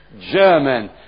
German